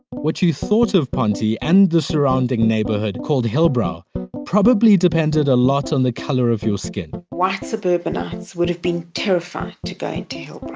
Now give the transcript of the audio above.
what you thought of ponte and the surrounding neighborhood called hillbrow probably depended a lot on the color of your skin. white suburbanites would have been terrified to go into hillbrow,